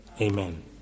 Amen